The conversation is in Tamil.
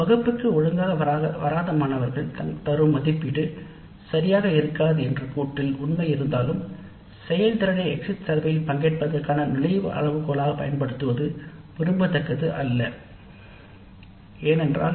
வகுப்புக்கு ஒழுங்காக வராத மாணவர்கள் தரும் மதிப்பீடு சரியாக இருக்காது என்னும் கூற்றில் உண்மை இருந்தாலும் வகுப்புகளுக்கு ஒழுங்காக வரும் மாணவர்கள் மட்டுமே எக்ஸிட் சர்வே கணக்கெடுப்பில் பங்கேற்க வேண்டும் என்பது விரும்பத்தக்கதாக இல்லை